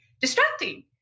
distracting